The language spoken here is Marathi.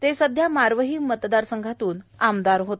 ते सध्या मारवही मतदारसंघातून आमदार होते